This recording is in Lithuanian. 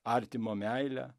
artimo meilę